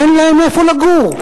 אין להם איפה לגור.